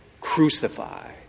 crucify